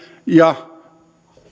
ja